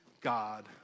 God